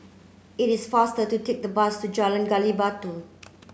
it is faster to take the bus to Jalan Gali Batu